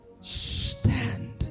stand